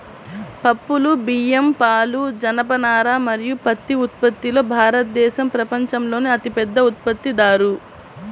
పప్పులు, బియ్యం, పాలు, జనపనార మరియు పత్తి ఉత్పత్తిలో భారతదేశం ప్రపంచంలోనే అతిపెద్ద ఉత్పత్తిదారు